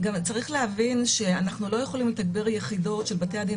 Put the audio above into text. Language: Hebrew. צריך להבין שאנחנו לא יכולים לתגבר יחידות של בתי הדין